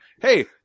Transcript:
hey